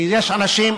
כי יש אנשים,